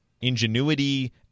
ingenuity